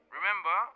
Remember